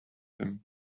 him